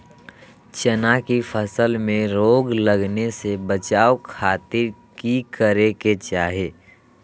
चना की फसल में रोग लगे से बचावे खातिर की करे के चाही?